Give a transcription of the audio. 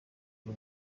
uyu